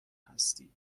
هستی